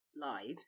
Lives